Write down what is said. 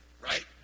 Right